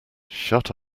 shut